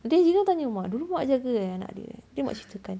nanti izurin tanya mak dulu mak jaga eh anak dia eh nanti mak ceritakan